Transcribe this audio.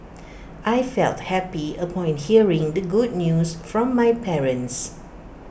I felt happy upon hearing the good news from my parents